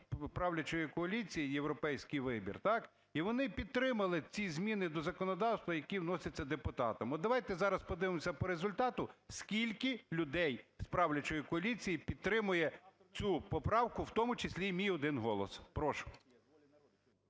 правлячої коаліції "Європейський вибір", і вони підтримали ці зміни до законодавства, які вносяться депутатами. От давайте зараз подивимося по результату, скільки людей з правлячої коаліції підтримує цю поправку, в тому числі і мій один голос. Прошу.